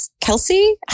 Kelsey